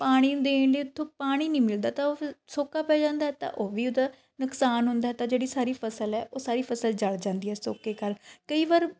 ਪਾਣੀ ਦੇਣ ਲਈ ਉੱਥੋਂ ਪਾਣੀ ਨਹੀਂ ਮਿਲਦਾ ਤਾਂ ਉਹ ਫਿਰ ਸੋਕਾ ਪੈ ਜਾਂਦਾ ਤਾਂ ਉਹ ਵੀ ਉਹਦਾ ਨੁਕਸਾਨ ਹੁੰਦਾ ਤਾਂ ਜਿਹੜੀ ਸਾਰੀ ਫਸਲ ਹੈ ਉਹ ਸਾਰੀ ਫਸਲ ਜਲ ਜਾਂਦੀ ਹੈ ਸੋਕੇ ਕਾਰਨ ਕਈ ਵਾਰ